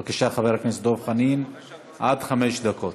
בבקשה, חבר הכנסת דב חנין, עד חמש דקות.